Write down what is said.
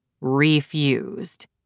Refused